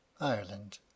Ireland